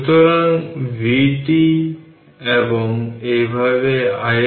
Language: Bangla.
সুতরাং v it v1 v2 এবং vn পর্যন্ত